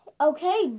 okay